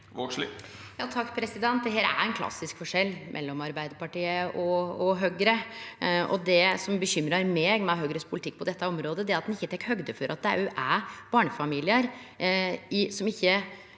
(A) Dette er ein klassisk forskjell mellom Arbeidarpartiet og Høgre. Det som bekymrar meg med Høgres politikk på dette området, er at ein ikkje tek høgde for at det òg er barnefamiliar i